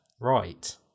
Right